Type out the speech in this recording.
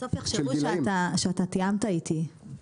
בסוף יחשבו שאתה תיאמת איתי,